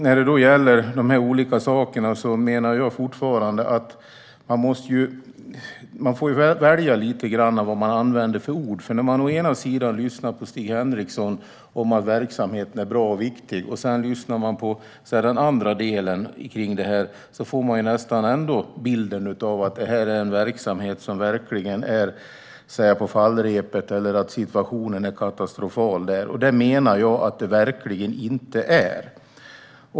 När det gäller de olika sakerna menar jag fortfarande att man får välja lite vad man använder för ord. När man lyssnar på Stig Henriksson - å ena sidan är verksamheten bra och viktig, men å andra sidan finns den andra delen - får man nästan bilden att detta är en verksamhet som verkligen är på fallrepet eller att situationen är katastrofal. Det menar jag att den verkligen inte är.